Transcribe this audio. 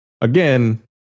Again